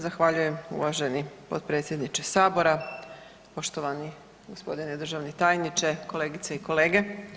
Zahvaljujem uvaženi potpredsjedniče sabora, poštovani g. državni tajniče, kolegice i kolege.